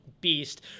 beast